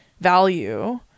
value